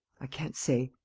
i can't say.